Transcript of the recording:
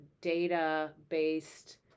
data-based